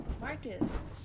Marcus